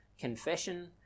Confession